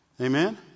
Amen